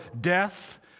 death